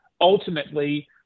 ultimately